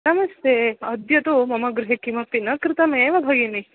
नमस्ते अद्य तु मम गृहे किमपि न क्रुतमेव भगिनि